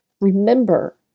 Remember